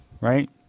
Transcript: right